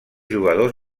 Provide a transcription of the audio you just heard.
jugadors